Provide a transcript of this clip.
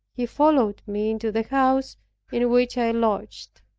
he followed me into the house in which i lodged.